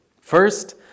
First